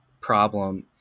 problem